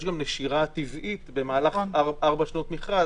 יש גם נשירה טבעית במהלך 4 שנות מכרז.